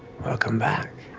welcome back.